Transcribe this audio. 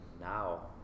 now